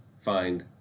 find